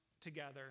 together